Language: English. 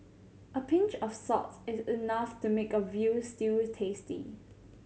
a pinch of salts is enough to make a veal stew tasty